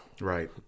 Right